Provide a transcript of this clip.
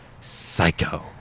Psycho